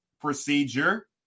procedure